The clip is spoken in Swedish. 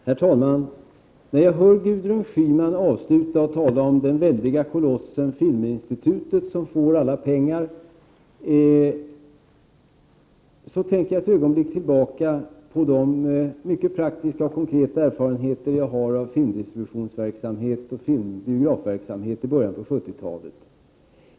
Herr talman! När jag hör Gudrun Schyman avsluta med att tala om den väldiga kolossen Filminstitutet som får alla pengar, tänker jag ett ögonblick tillbaka på de mycket praktiska och konkreta erfarenheter jag har av filmdistributionsverksamhet och biografverksamhet sedan början av 1970 talet.